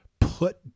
put